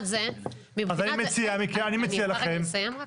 אז אני מציע לכם --- אני יכולה רגע לסיים רק?